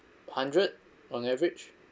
hundred on average